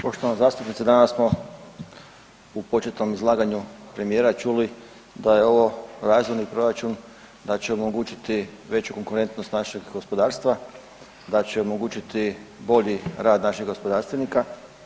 Poštovana zastupnice danas smo u početnom izlaganju premijera čuli da je ovo razumni proračun, da će omogućiti veću konkurentnost našeg gospodarstva, da će omogućiti bolji rad naših gospodarstvenika.